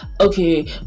okay